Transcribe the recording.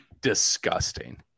Disgusting